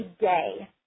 day